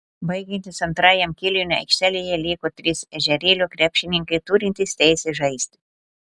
baigiantis antrajam kėliniui aikštelėje liko trys ežerėlio krepšininkai turintys teisę žaisti